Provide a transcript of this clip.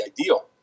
ideal